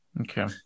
okay